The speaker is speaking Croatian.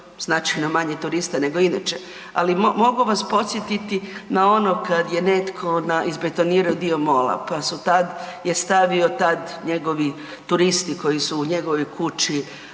značajno manje turista nego inače, ali mogu vas podsjetiti na ono kad je netko, izbetonirao dio mola, pa su tad, je stavio tad njegovi turisti koji su u njegovoj kući